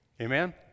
Amen